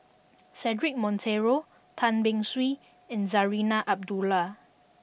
Cedric Monteiro Tan Beng Swee and Zarinah Abdullah